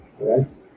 Right